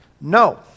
No